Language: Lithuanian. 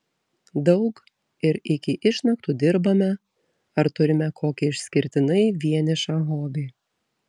daug ir iki išnaktų dirbame ar turime kokį išskirtinai vienišą hobį